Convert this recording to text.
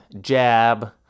jab